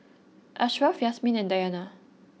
Ashraf Yasmin and Dayana